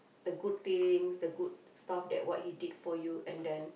the good things the good stuffs that what he did for you and then